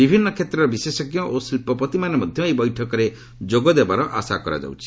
ବିଭିନ୍ନ କ୍ଷେତ୍ରର ବିଶେଷଜ୍ଞ ଓ ଶିଳ୍ପପତିମାନେ ମଧ୍ୟ ଏହି ବୈଠକରେ ଯୋଗ ଦେବାର ଆଶା କରାଯାଉଛି